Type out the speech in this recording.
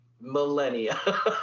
millennia